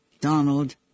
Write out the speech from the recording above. Donald